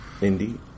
Indeed